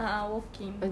a'ah walking